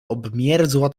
obmierzła